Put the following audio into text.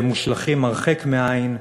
והם מושלכים הרחק מהעין,